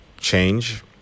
change